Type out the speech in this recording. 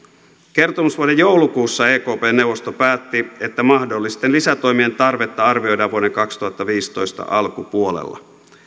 kertomusvuoden joulukuussa ekpn neuvosto päätti että mahdollisten lisätoimien tarvetta arvioidaan vuoden kaksituhattaviisitoista alkupuolella